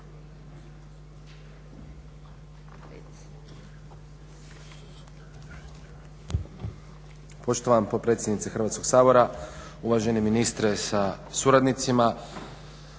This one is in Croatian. Poštovana potpredsjednice Hrvatskog sabora, uvaženi ministre sa suradnicima.